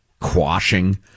quashing